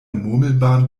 murmelbahn